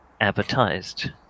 advertised